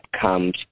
comes